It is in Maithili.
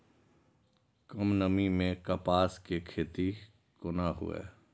कम नमी मैं कपास के खेती कोना हुऐ?